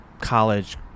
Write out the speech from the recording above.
college